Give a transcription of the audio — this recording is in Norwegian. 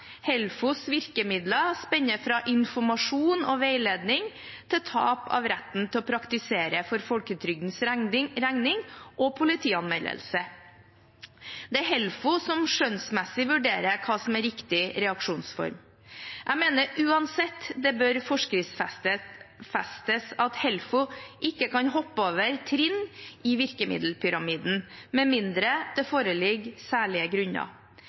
Helfos virkemidler spenner fra informasjon og veiledning til tap av retten til å praktisere for folketrygdens regning og politianmeldelse. Det er Helfo som skjønnsmessig vurderer hva som er riktig reaksjonsform. Jeg mener uansett det bør forskriftsfestes at Helfo ikke kan hoppe over trinn i virkemiddelpyramiden, med mindre det foreligger særlige grunner.